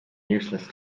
useless